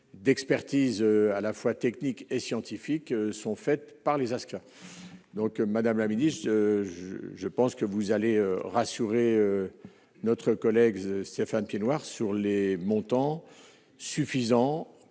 d'expertise, à la fois techniques et scientifiques sont faites par les donc madame la ministre, je pense que vous allez rassurer notre collègue Stéphane Piednoir sur les montants suffisants,